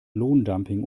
lohndumping